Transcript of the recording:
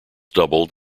doubled